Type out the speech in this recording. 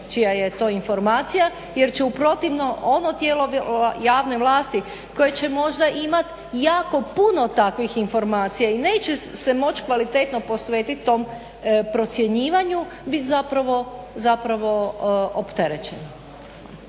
čija je to informacija, jer će u protivnom ovo tijelo javne vlasti koje će možda imat jako puno takvih informacija i neće se moć kvalitetno posvetit tom procjenjivanju bit zapravo, zapravo opterećeno.